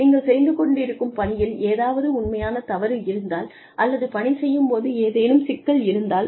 நீங்கள் செய்து கொண்டிருக்கும் பணியில் ஏதாவது உண்மையான தவறு செய்தால் அல்லது பணி செய்யும் போது ஏதேனும் சிக்கல் இருந்தால்